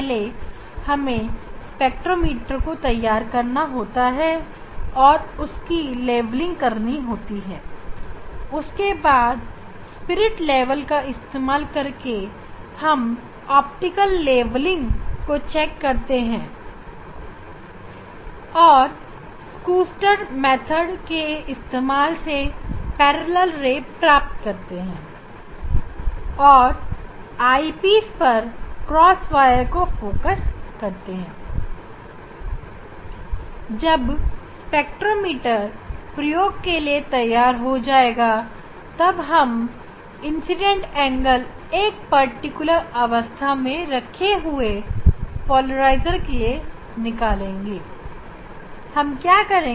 पहले हमें स्पेक्ट्रोमीटर को तैयार करना होता है और उसकी लेवलिंग करनी होती है उसके बाद स्पिरिट लेवल का इस्तेमाल करके हम ऑप्टिकल लेवलिंग का परीक्षण करते हैं और शूस्टर मेथड के इस्तेमाल से समांतर किरणें प्राप्त करते हैं और आईपीस पर क्रॉसवायर को फॉक्स करते हैं जब स्पेक्ट्रोमीटर प्रयोग करने के लिए तैयार हो जाएगा तब हम विशेष अवस्था में रखे हुए पोलराइजर जिस पर आईपीस पर काला दृश्य मिले उस के लिए इंसिडेंट एंगल निकालेंगे